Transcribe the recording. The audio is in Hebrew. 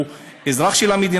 כי הוא אזרח של המדינה,